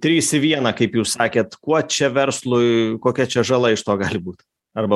trys į vieną kaip jūs sakėt kuo čia verslui kokia čia žala iš to gali būt arba